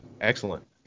excellent